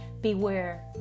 Beware